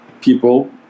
people